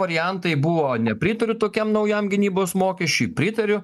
variantai buvo nepritariu tokiam naujam gynybos mokesčiui pritariu